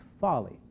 folly